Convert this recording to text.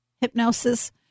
hypnosis